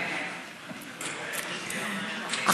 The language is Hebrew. שלא יהיה מצב,